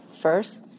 first